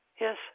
Yes